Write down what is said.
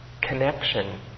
Connection